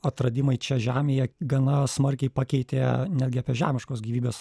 atradimai čia žemėje gana smarkiai pakeitė netgi apie žemiškos gyvybės